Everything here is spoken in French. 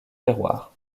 terroirs